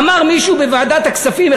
אמר מישהו בוועדת הכספים,